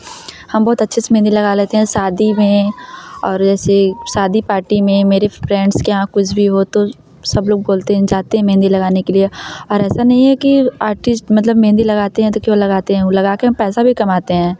हम बहुत अच्छे से मेहंदी लगा लेते हैं शादी में और ऐसे शादी पार्टी में मेरी फ्रेंड्स के यहाँ कुछ भी हो तो सब लोग बोलते हैं जाते हैं मेहंदी लगाने के लिए और ऐसा नहीं है कि आर्टिस्ट मतलब मेहंदी लगाते हैं तो क्यों लगाते हैं वह लगाकर हम पैसा भी कमाते हैं